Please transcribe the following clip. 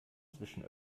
zwischen